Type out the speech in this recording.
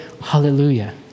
hallelujah